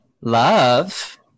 love